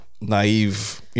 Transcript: naive